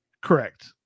Correct